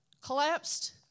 collapsed